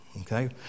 okay